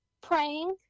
praying